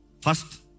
first